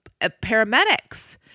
paramedics